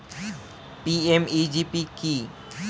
PMEGP কি?